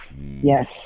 Yes